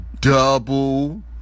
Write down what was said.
Double